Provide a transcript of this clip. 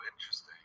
interesting